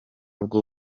bwo